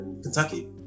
Kentucky